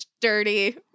dirty